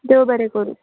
देव बरें करूं